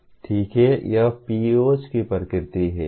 ठीक है यह PEOs की प्रकृति है